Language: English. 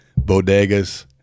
Bodegas